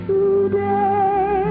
Today